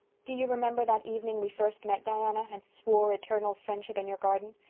do you remember that evening we first met, diana, and swore eternal friendship in your garden?